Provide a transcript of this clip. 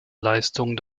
leistungen